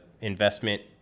investment